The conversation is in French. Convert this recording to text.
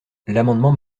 l’amendement